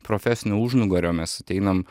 profesinio užnugario mes ateinam